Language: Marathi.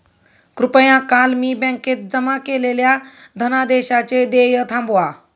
कृपया काल मी बँकेत जमा केलेल्या धनादेशाचे देय थांबवा